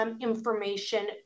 information